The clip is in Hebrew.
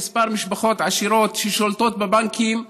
לכמה משפחות עשירות ששולטות בבנקים,